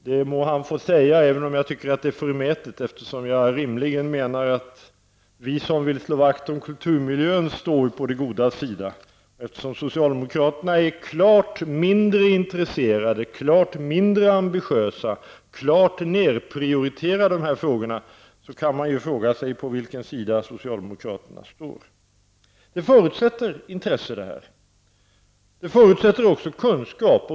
Det må han få säga, även om jag tycker att det är förmätet, eftersom jag menar att vi som vill slå vakt om kulturmiljön rimligen står på det godas sida. Eftersom socialdemokraterna är klart mindre intresserade, klart mindre ambitiösa och klart underprioriterar de här frågorna kan man fråga sig på vilken sida socialdemokraterna står. Detta förutsätter intresse, och det förutsätter kunskap.